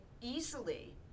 easily